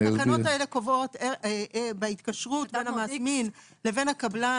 התקנות האלה קובעות בהתקשרות בין המזמין והקבלן